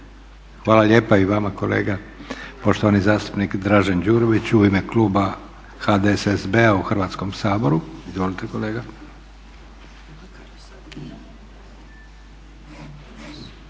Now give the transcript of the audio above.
Hvala lijepa i vama kolega. Poštovani zastupnik Dražen Đurović u ime kluba HDSSB-a u Hrvatskom saboru,